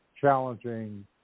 challenging